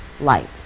light